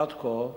עד כה,